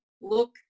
look